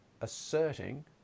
asserting